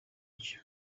iki